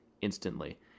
instantly